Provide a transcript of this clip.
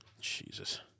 Jesus